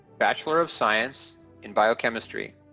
bachelor of science in biochemistry.